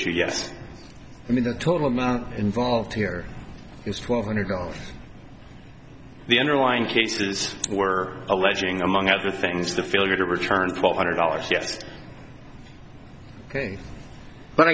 sue yes i mean the total amount involved here is twelve hundred dollars the underlying cases were alleging among other things the failure to return twelve hundred dollars ye